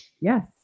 Yes